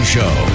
Show